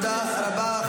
תודה רבה.